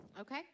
Okay